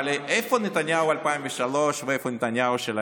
אבל איפה נתניהו של 2003, ואיפה נתניהו של היום?